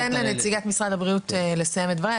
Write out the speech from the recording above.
רגע, ניתן לנציגת משרד הבריאות לסיים את דבריה.